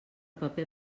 paper